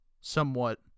somewhat